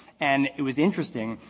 and it was interesting.